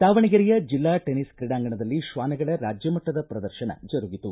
ದಾವಣಗೆರೆಯ ಜಿಲ್ಲಾ ಟೆನಿಸ್ ಕ್ರೀಡಾಂಗಣದಲ್ಲಿ ಶ್ವಾನಗಳ ರಾಜ್ಯ ಮಟ್ಟದ ಪ್ರದರ್ಶನಕ್ಕೆ ಜರುಗಿತು